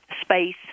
space